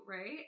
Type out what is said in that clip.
right